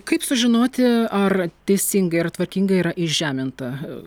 kaip sužinoti ar teisingai ar tvarkinga yra įžeminta